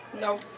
No